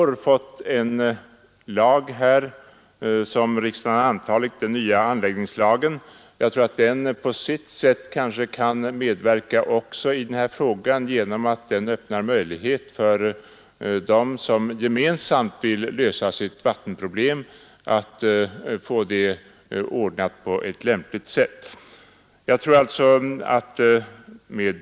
Riksdagen har i år antagit en ny anläggningslag, som på sitt sätt kan medverka också i det här sammanhanget genom att den öppnar möjlighet till lämpliga organisatoriska lösningar för dem som gemensamt vill klara sitt vattenproblem.